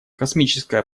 космическое